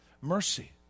mercy